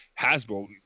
Hasbro